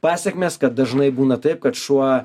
pasekmės kad dažnai būna taip kad šuo